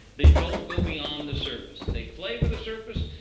they don't go beyond the surface. they flavor the surface.